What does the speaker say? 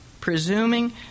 presuming